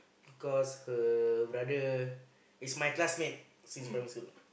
because her brother is my classmate since primary school